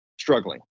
struggling